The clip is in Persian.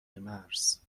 مرز